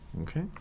Okay